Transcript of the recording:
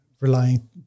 relying